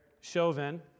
Chauvin